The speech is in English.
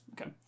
Okay